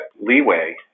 leeway